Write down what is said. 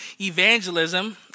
evangelism